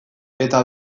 eta